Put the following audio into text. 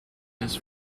his